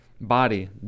Body